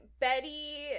Betty